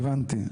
הבנתי.